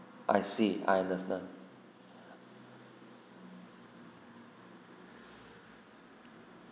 I see I understand